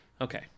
Okay